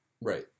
Right